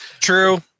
True